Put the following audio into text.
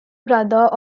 brother